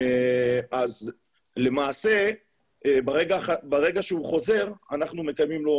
אז למעשה ברגע שהוא חוזר אנחנו מקיימים לו,